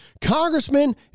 Congressman